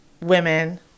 women